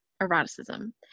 eroticism